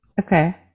Okay